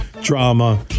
drama